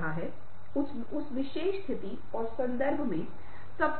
वास्तविक भौतिक स्थान और क्षेत्र के संदर्भ में प्रतीकात्मक प्रभाव भी रखता है